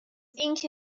اینکه